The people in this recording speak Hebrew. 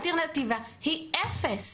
האלטרנטיבה היא אפס,